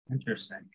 interesting